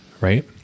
right